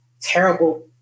terrible